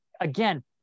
again